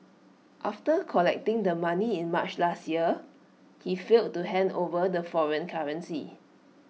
after collecting the money in March last year he failed to hand over the foreign currency